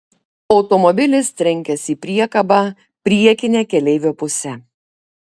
automobilis trenkėsi į priekabą priekine keleivio puse